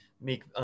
make